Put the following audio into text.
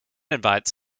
invites